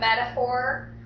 metaphor